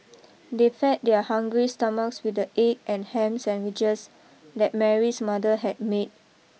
they fed their hungry stomachs with the egg and ham sandwiches that Mary's mother had made